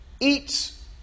eats